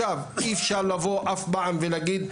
אי אפשר לבוא אף פעם ולהגיד,